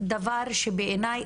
דבר שבעיניי,